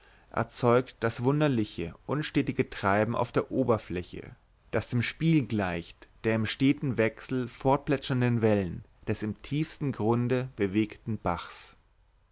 erzeugt das wunderliche unstete treiben auf der oberfläche das dem spiel gleicht der in stetem wechsel fortplätschernden wellen des im tiefsten grunde bewegten bachs